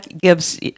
gives